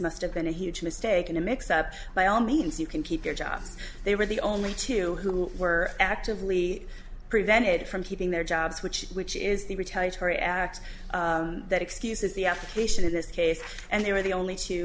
must have been a huge mistake in a mix up by all means you can keep your jobs they were the only two who were actively prevented from keeping their jobs which which is the retaliatory act that excuses the application in this case and they were the only two